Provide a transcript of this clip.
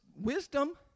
wisdom